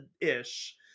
ish